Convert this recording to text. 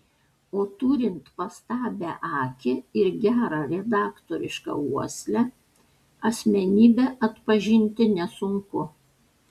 o turint pastabią akį ir gerą redaktorišką uoslę asmenybę atpažinti nesunku